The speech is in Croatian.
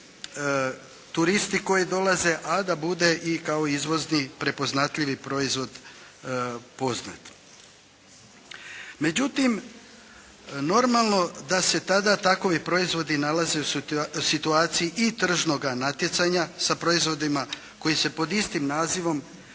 turisti koji dolaze, a da bude i kao izvozni prepoznatljivi proizvod poznat. Međutim normalno da se tada takovi proizvodi nalaze u situaciji i tržnoga natjecanja sa proizvodima koji se pod istim nazivom